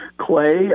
Clay